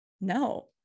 No